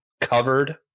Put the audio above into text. covered